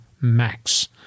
max